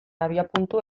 abiapuntu